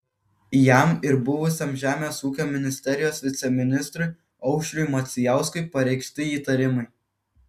jam ir buvusiam žemės ūkio ministerijos viceministrui aušriui macijauskui pareikšti įtarimai